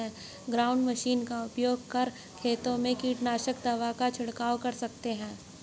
ground machine का उपयोग कर खेतों में कीटनाशक दवा का झिड़काव कर सकते है